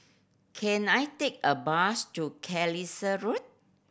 can I take a bus to Carlisle Road